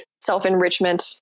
self-enrichment